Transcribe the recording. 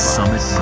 Summit